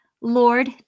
Lord